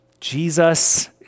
Jesus